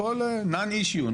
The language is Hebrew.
הכול non issue,